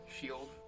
shield